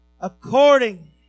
according